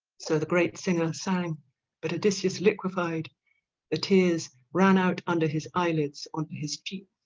so the great singer sang but odysseus liquefied the tears ran out under his eyelids onto his cheek.